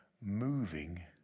moving